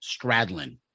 Stradlin